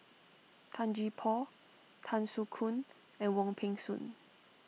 Tan Gee Paw Tan Soo Khoon and Wong Peng Soon